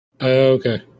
Okay